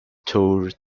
tour